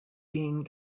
being